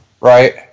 Right